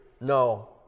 No